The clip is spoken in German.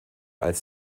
als